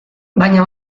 baina